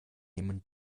nehmen